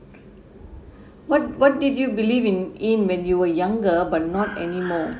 what what did you believe in in when you were younger but not anymore